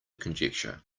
conjecture